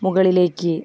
മുകളിലേക്ക്